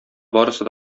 барысы